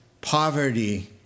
poverty